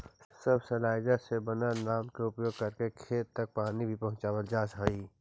subsoiler से बनल नाल के उपयोग करके खेत तक पानी भी पहुँचावल जा हई